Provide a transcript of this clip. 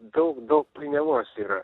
daug daug painiavos yra